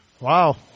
Wow